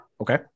Okay